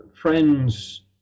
friends